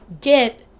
get